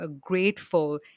grateful